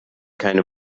keine